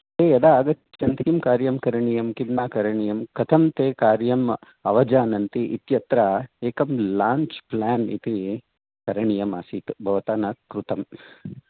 ते यदा आगच्छन्ति किं कार्यं करणीयं किं न करणीयं कथं ते कार्यं अवजानन्ति इत्यत्र एकं लाञ्च् प्लेन् इति करणीयमासीत् भवता न कृतं